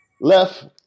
Left